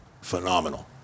phenomenal